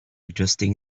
adjusting